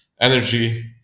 energy